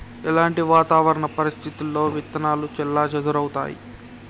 ఎలాంటి వాతావరణ పరిస్థితుల్లో విత్తనాలు చెల్లాచెదరవుతయీ?